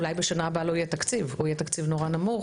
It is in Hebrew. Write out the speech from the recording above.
אולי בשנה הבאה לא יהיה תקציב או יהיה תקציב נורא נמוך,